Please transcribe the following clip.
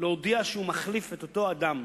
להודיע שהוא מחליף את אותו אדם